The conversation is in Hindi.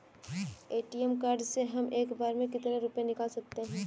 ए.टी.एम कार्ड से हम एक बार में कितने रुपये निकाल सकते हैं?